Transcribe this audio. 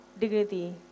dignity